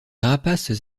rapaces